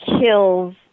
kills